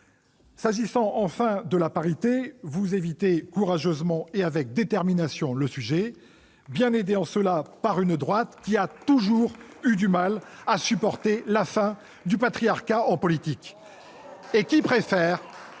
S'agissant enfin de la parité, vous évitez courageusement et avec détermination le sujet, bien aidé en cela par une droite qui a toujours eu du mal à supporter la fin du patriarcat en politique, et qui, à